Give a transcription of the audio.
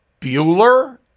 Bueller